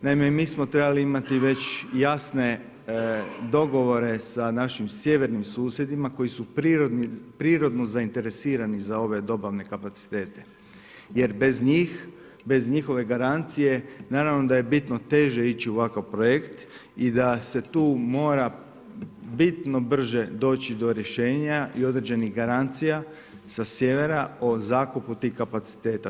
Naime, mi smo trebali imati već jasne dogovore sa našim sjevernim susjedima koji su prirodno zainteresirani za ove dobavne kapacitete jer bez njih, bez njihove garancije naravno da je bitno teže ići u ovakav projekt i da se tu mora bitno brže doći do rješenja i određenih garancija sa sjevera o zakupu tih kapaciteta.